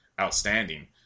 outstanding